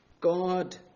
God